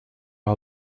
all